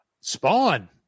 Spawn